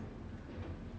head there 的 cupboard ah